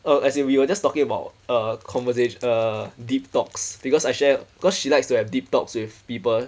uh as in we were just talking about a conversation uh deep talks because I shared cause she likes to have deep talks with people